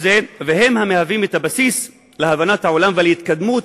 והם מהווים את הבסיס להבנת העולם ולהתקדמות